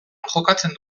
jokatzen